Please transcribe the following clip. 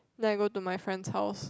then I go to my friend's house